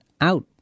out